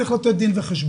הוא צריך לתת דין וחשבון.